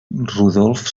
rodolf